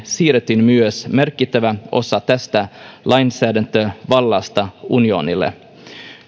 siirrettiin myös merkittävä osa tästä lainsäädäntövallasta unionille